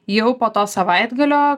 jau po to savaitgalio